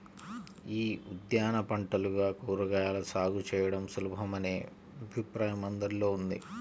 యీ ఉద్యాన పంటలుగా కూరగాయల సాగు చేయడం సులభమనే అభిప్రాయం అందరిలో ఉంది